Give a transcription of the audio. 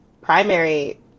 primary